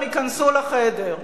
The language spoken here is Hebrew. הם ייכנסו לחדר.